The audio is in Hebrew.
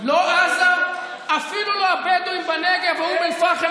לא עזה, אפילו לא הבדואים בנגב או אום אל-פחם,